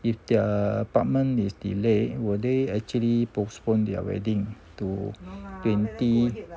if their apartment is delay will they actually postpone their wedding to twenty